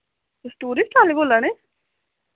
तुस टूरिस्ट आह्ले बोल्ला ने